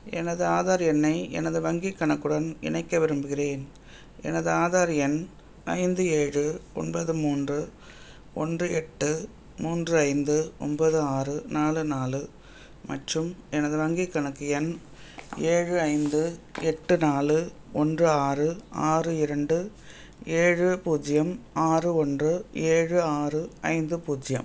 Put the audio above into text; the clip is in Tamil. எனது ஆதார் எண்ணை எனது வங்கி கணக்குடன் இணைக்க விரும்புகிறேன் எனது ஆதார் எண் ஐந்து ஏழு ஒன்பது மூன்று ஒன்று எட்டு மூன்று ஐந்து ஒன்பது ஆறு நாலு நாலு மற்றும் எனது வங்கி கணக்கு எண் ஏழு ஐந்து எட்டு நாலு ஒன்று ஆறு ஆறு இரண்டு ஏழு பூஜ்யம் ஆறு ஒன்று ஏழு ஆறு ஐந்து பூஜ்ஜியம்